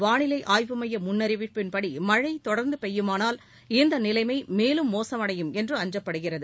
வானிலை ஆய்வு மைய முன்னநிவிப்பின்படி மழை தொடர்ந்து பெய்யுமானால் இந்த நிலைமை மேலும் மோசமடையும் என்று அஞ்சப்படுகிறது